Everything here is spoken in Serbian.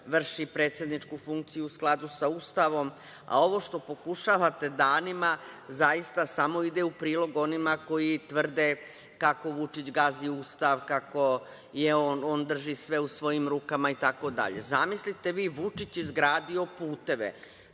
vrši predsedničku funkciju u skladu sa Ustavom, a ovo što pokušavate danima, zaista samo ide u prilog onima koji tvrde kako Vučić gazi Ustav, kako je on drži sve u svojim rukama itd. Zamislite vi Vučić izgradio puteve.